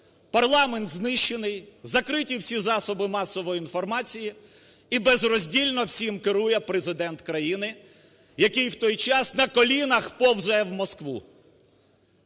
парламент знищений, закриті всі засоби масової інформації і безроздільно всім керує Президент країни, який в той час на колінах повзе в Москву.